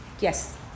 Yes